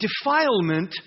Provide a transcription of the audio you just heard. defilement